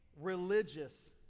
religious